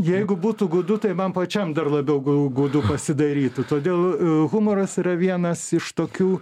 jeigu būtų gūdu tai man pačiam dar labiau gūdu pasidarytų todėl humoras yra vienas iš tokių